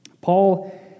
Paul